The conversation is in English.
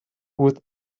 with